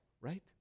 right